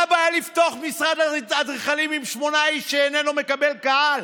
מה הבעיה לפתוח משרד אדריכלים עם שמונה איש שאיננו מקבל קהל?